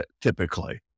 typically